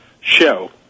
show